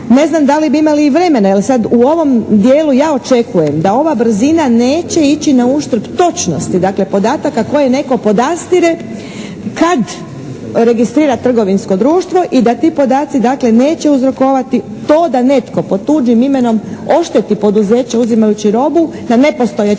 ne znam da li bi imali i vremena jer sad u ovom dijelu ja očekujem da ova brzina neće ići na uštrb točnosti dakle, podataka koje netko podastire kad registrira trgovinsko društvo i da ti podaci dakle, neće uzrokovati to da netko pod tuđim imenom ošteti poduzeće uzimajući robu na nepostojećoj